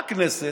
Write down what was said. באה הכנסת,